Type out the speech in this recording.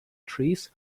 trees